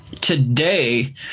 today